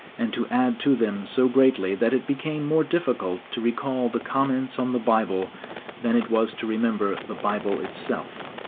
and to add to them so greatly that it became more difficult to recall the comments on the bible than it was to remember the bible itself.